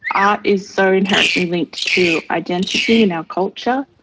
art is so inherently linked to identity in our culture.